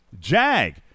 JAG